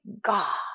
God